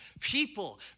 People